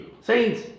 Saints